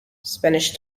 spanish